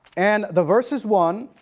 and the verse is one.